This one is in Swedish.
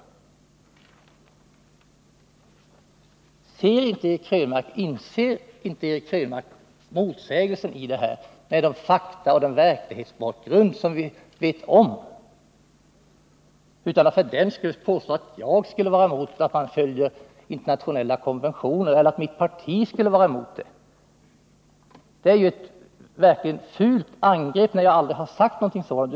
Inser inte Eric Krönmark motsägelsen mellan sådana uttalanden och den verklighetsbakgrund vi har och de fakta vi känner till? Eric Krönmark påstår att jag eller mitt parti skulle vara emot att man följer internationella konventioner. Det är ett verkligt fult angrepp. Jag har aldrig sagt någonting sådant.